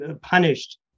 punished